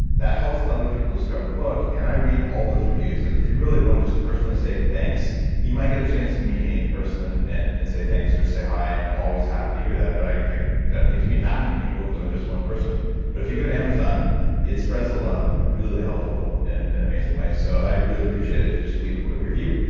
that helps other people discover the book and i read all those reviews. like if you really want to just personally say thanks you might get a chance to meet me person and and say thanks or say hi and i'm always happy to hear that. but i i don't get to meet that many people because i'm just one person but if you go to amazon it spreads the love in a really helpful and and amazing way. so i really appreciate it if you just leave a quick review,